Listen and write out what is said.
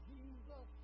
Jesus